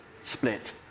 split